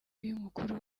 y’umukuru